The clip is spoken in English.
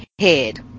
head